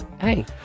Hey